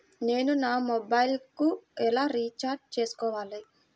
నేను నా మొబైల్కు ఎలా రీఛార్జ్ చేసుకోవాలి?